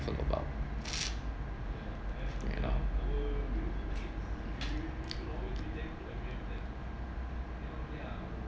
about you know